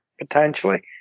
potentially